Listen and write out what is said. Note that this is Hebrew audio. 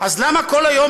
אז למה כל היום,